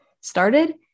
started